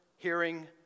hearing